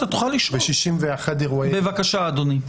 בבקשה אדוני.